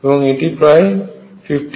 এবং এটি প্রায় 50000কেলভিন